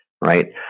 right